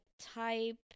type